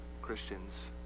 Christians